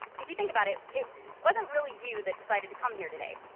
if you think about it, it wasn't really you that decided to come here today.